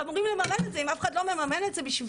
אמורים לממן את זה אם אף אחד לא מממן את זה בשבילם?